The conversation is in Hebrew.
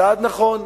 צעד נכון,